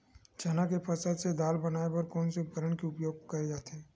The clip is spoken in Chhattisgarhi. चना के फसल से दाल बनाये बर कोन से उपकरण के उपयोग करे जाथे?